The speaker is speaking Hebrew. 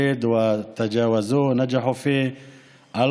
הסיעוד ועברו אותו, הצליחו בו.